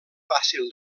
fàcil